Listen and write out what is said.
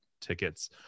tickets